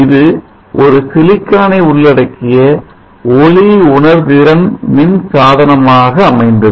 இது ஒரு சிலிக்கானை உள்ளடக்கிய ஒளி உணர்திறன் மின்சாதனம் ஆக அமைந்தது